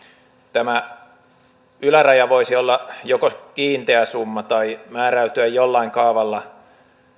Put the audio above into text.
tämä yläraja voisi joko olla kiinteä summa tai määräytyä jollain kaavalla